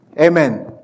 Amen